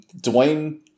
Dwayne